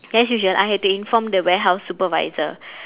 as usual I had to inform the warehouse supervisor